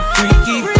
Freaky